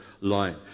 line